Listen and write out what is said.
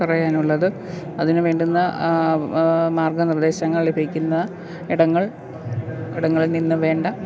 പറയാനുള്ളത് അതിനുവേണ്ടുന്ന മാർഗനിർദേശങ്ങൾ ലഭിക്കുന്ന ഇടങ്ങൾ ഇടങ്ങളിൽ നിന്നുവേണ്ട